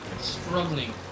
struggling